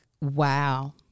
wow